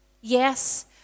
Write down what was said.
yes